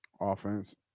offense